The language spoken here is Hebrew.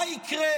מה יקרה?